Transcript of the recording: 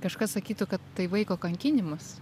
kažkas sakytų kad tai vaiko kankinimas